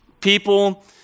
people